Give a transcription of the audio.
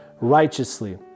righteously